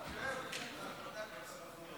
חבריי חברי הכנסת,